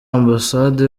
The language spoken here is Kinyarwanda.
ambasade